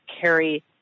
carry